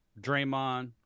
Draymond